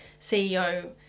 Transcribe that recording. CEO